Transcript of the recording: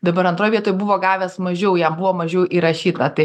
dabar antroj vietoj buvo gavęs mažiau jam buvo mažiau įrašyta tai